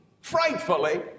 frightfully